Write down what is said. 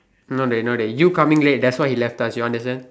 no dey no dey you coming late that's why he left us you understand